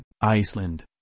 Iceland